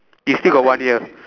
you still got one year